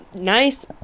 nice